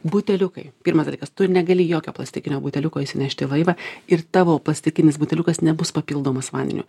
buteliukai pirmas dalykas tu negali jokio plastikinio buteliuko įsinešt į laivą ir tavo plastikinis buteliukas nebus papildomas vandeniu